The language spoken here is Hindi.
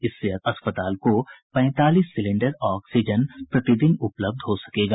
इससे अस्पताल को पैंतालीस सिलेंडर ऑक्सीजन प्रतिदिन उपलब्ध हो सकेगा